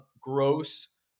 gross